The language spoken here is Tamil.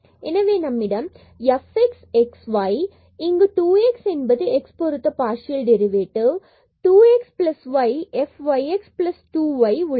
எனவே நம்மிடம் f x x y இங்கு 2 x என்பது x பொருத்த பார்சியல் டெரிவேடிவ் இது 2 x y f y x 2 y உள்ளது